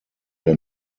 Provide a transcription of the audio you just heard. der